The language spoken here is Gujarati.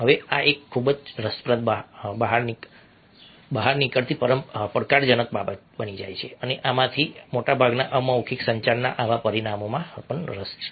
હવે આ એક ખૂબ જ રસપ્રદ બહાર નીકળતી પડકારજનક બાબત બની જાય છે અને આપણામાંથી મોટાભાગનાને અમૌખિક સંચારના આવા પરિમાણમાં પણ રસ છે